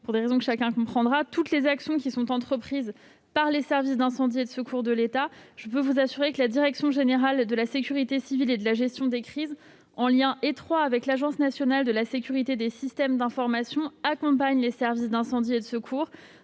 pour des raisons que chacun comprendra, à toutes les actions entreprises par les services d'incendie et de secours de l'État. Je puis vous assurer que la direction générale de la sécurité civile et de la gestion des crises, en lien étroit avec l'Agence nationale de la sécurité des systèmes d'information (Anssi), accompagne les SDIS dans le renforcement de leurs